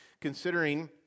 considering